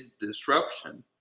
disruption